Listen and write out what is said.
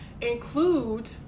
include